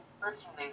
personally